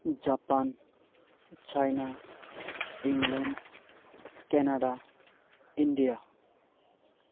Japan China England Canada India